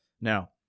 Now